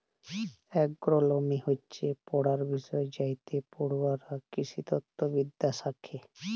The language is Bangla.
এগ্রলমি হচ্যে পড়ার বিষয় যাইতে পড়ুয়ারা কৃষিতত্ত্ব বিদ্যা শ্যাখে